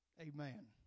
amen